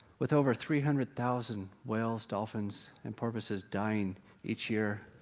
with over three hundred thousand whales, dolphins and porpoises dying each year,